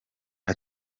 com